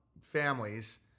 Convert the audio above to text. families